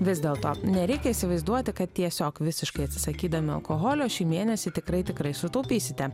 vis dėlto nereikia įsivaizduoti kad tiesiog visiškai atsisakydami alkoholio šį mėnesį tikrai tikrai sutaupysite